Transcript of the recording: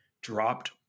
dropped